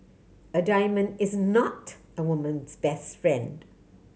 a diamond is not a woman's best friend